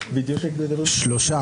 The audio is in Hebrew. הסעיף.